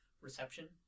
reception